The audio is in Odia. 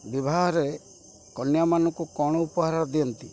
ବିବାହରେ କନ୍ୟାମାନଙ୍କୁ କ'ଣ ଉପହାର ଦିଅନ୍ତି